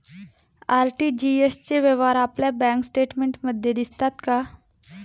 RTGS चे व्यवहार आपल्या बँक स्टेटमेंटमध्ये दिसतात का?